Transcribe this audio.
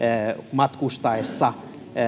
matkustaessa